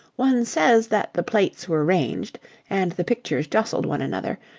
one says that the plates were ranged and the pictures jostled one another,